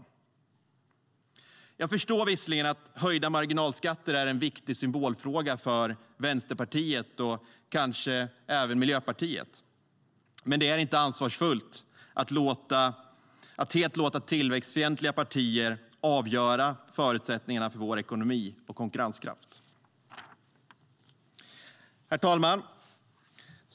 Herr talman!